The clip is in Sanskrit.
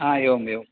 हा एवम् एवम्